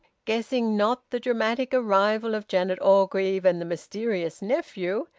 guessing not the dramatic arrival of janet orgreave and the mysterious nephew,